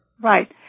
Right